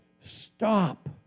stop